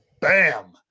bam